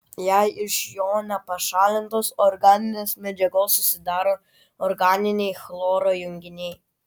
jei iš jo nepašalintos organinės medžiagos susidaro organiniai chloro junginiai